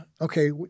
okay